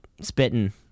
spitting